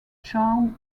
charmed